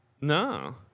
No